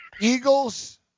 Eagles